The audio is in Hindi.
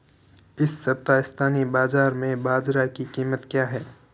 इस सप्ताह स्थानीय बाज़ार में बाजरा की कीमत क्या है?